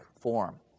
form